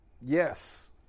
Yes